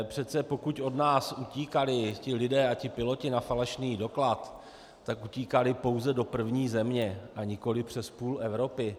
Přece pokud od nás utíkali ti lidé a piloti na falešný doklad, tak utíkali pouze do první země a nikoliv přes půl Evropy.